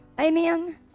Amen